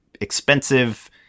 expensive